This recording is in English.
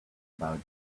about